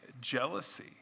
Jealousy